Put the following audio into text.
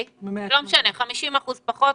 לא משנה, 50% פחות.